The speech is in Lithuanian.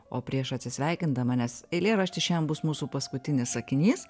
o prieš atsisveikindama nes eilėraštis šian bus mūsų paskutinis sakinys